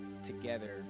together